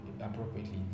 appropriately